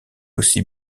aussi